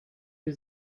für